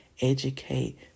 educate